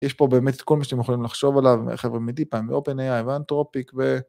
יש פה באמת את כל מה שאתם יכולים לחשוב עליו, חבר'ה, מ-deepmind, ו-openAI ואנטרופיק ו...